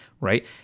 right